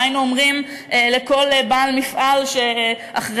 מה היינו אומרים לכל בעל מפעל שבגלל